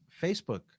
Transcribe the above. Facebook